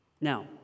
Now